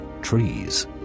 Trees